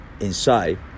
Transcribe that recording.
inside